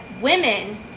women